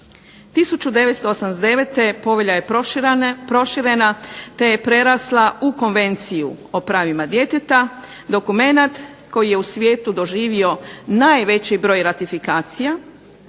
1989. povelja je proširena te je prerasla u Konvenciju o pravima djeteta, dokumenat koji je u svijetu doživio najviše ratifikacija,